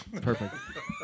Perfect